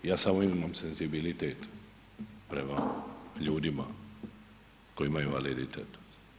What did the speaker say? Ja samo imam senzibilitet prema ljudima koji imaju invaliditet.